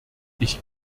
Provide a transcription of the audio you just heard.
ich